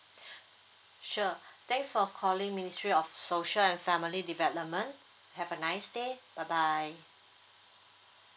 sure thanks for calling ministry of social and family development have a nice day bye bye